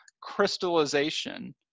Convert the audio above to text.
crystallization